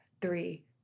three